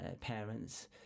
parents